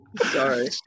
Sorry